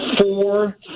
four